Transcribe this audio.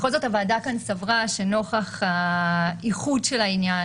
בכל זאת הוועדה כאן סברה שנוכח הייחודיות של העניין